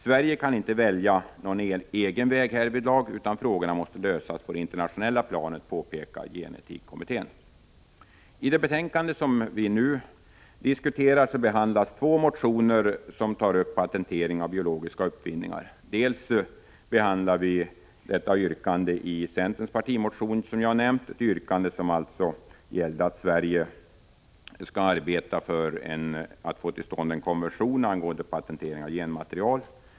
Sverige kan inte välja någon egen väg härvidlag, utan frågorna måste lösas på det internationella planet, påpekar gen-etikkommittén. I det betänkande vi nu diskuterar behandlas två motioner som tar upp patentering av biologiska uppfinningar. Den ena är centerns partimotion, som jag har nämnt, där det alltså yrkas att Sverige skall arbeta för att få till stånd en konvention angående patentering av genmaterial.